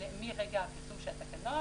מיום פרסום התקנות.